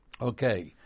Okay